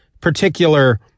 particular